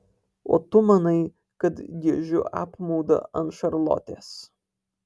o tu manai kad giežiu apmaudą ant šarlotės